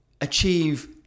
achieve